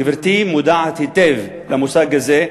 גברתי מודעת היטב למושג הזה,